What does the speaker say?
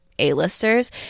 a-listers